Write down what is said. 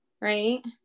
right